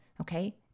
okay